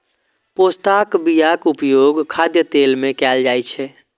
पोस्ताक बियाक उपयोग खाद्य तेल मे कैल जाइ छै